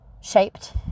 shaped